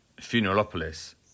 Funeralopolis